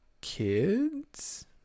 kids